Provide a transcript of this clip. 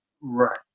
Right